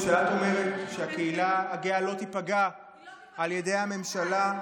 כשאת אומרת שהקהילה הגאה לא תיפגע על ידי הממשלה,